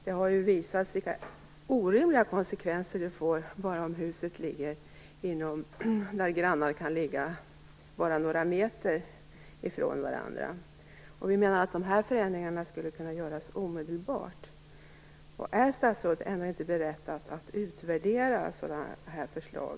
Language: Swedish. Det har ju visat sig att det får orimliga konsekvenser, och hus som ligger bara några meter från varandra kan få väldigt olika värden. Vi menar att dessa förändringar skulle kunna göras omedelbart. Är statsrådet inte beredd att utvärdera detta förslag?